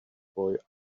boy